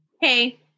Hey